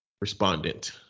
respondent